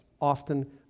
often